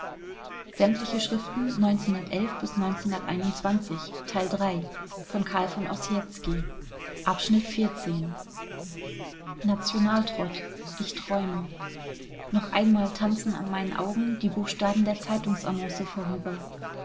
ich träume noch einmal tanzen an meinen augen die buchstaben der zeitungsannonce vorüber